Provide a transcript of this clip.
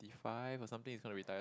the five or something he's gonna retire